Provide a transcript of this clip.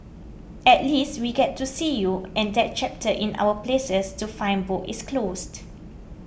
at least we get to see you and that chapter in our places to find book is closed